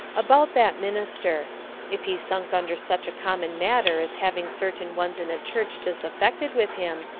about that minister if he sunk under such a common matter as having certain ones in a church disaffected with him,